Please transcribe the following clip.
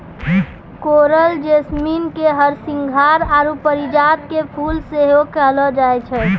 coral jasmine के हरसिंहार आरु परिजात के फुल सेहो कहलो जाय छै